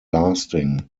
lasting